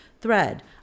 thread